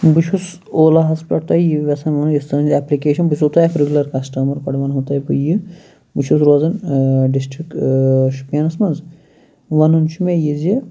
بہٕ چھُس اولا ہَس پٮ۪ٹھ تۄہہِ یہِ یژھان وَنُن یۄس تُہٕنٛز ایٚپلِکیشن بہٕ چھُس تۄہہِ اتھ ریٚگُلَر کَسٹَمَر گۄڈٕ وَنہو تۄہہِ بہٕ یہِ بہٕ چھُس روزان ڈِسٹڑک شُپیَنَس مَنٛز وَنُن چھُ مےٚ یہِ زِ